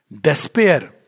despair